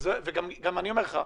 אני גם אומר לך,